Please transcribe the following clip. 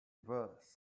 voice